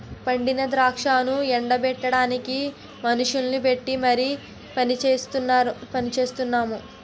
పండిన ద్రాక్షను ఎండ బెట్టడానికి మనుషుల్ని పెట్టీ మరి పనిచెయిస్తున్నాము